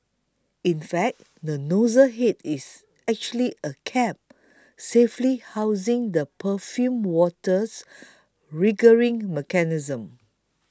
in fact the nozzle head is actually a cap safely housing the perfumed water's triggering mechanism